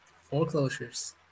foreclosures